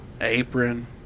apron